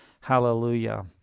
Hallelujah